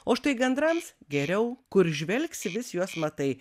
o štai gandrams geriau kur žvelgsi vis juos matai